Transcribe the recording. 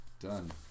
Done